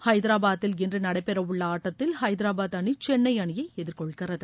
ஹைதராபாத்தில் இன்று நடைபெறவுள்ள ஆட்டத்தில் ஹைதராபாத் அணி சென்னை அணியை எதிர்கொள்கிறது